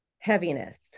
heaviness